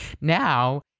now